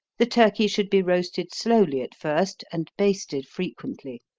the turkey should be roasted slowly at first, and basted frequently.